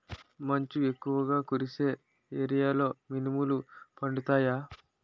మంచు ఎక్కువుగా కురిసే ఏరియాలో మినుములు పండుతాయా?